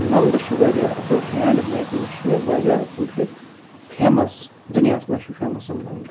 نَمدٕ چھِ واریاہ اَصٕل ہینٛڈ میکِنٛگ چھِ یہِ یِم واریاہ یہِ فیمَس دُنیاہَس مَنٛز چھِ فیمَس یِم نَمدٕ